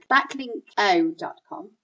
Backlinko.com